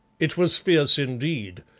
it was fierce indeed,